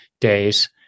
days